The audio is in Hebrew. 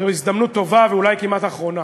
זוהי הזדמנות טובה, ואולי כמעט אחרונה,